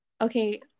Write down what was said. Okay